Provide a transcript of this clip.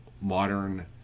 modern